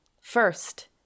First